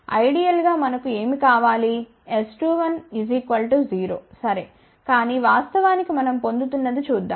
ideal గా మనకు ఏమి కావాలి S21 0 సరే కానీ వాస్తవానికి మనం పొందుతున్నది చూద్దాం